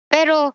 Pero